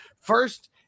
first